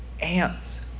ants